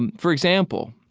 um for example,